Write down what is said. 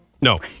No